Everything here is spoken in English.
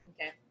Okay